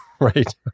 Right